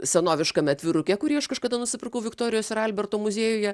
senoviškame atviruke kurį aš kažkada nusipirkau viktorijos ir alberto muziejuje